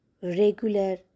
regular